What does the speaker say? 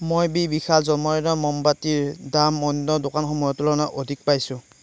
মই বি বিশাল জন্মদিনৰ মমবাতিৰ দাম অন্য দোকানসমূহৰ তুলনাত অধিক পাইছোঁ